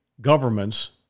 governments